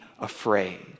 afraid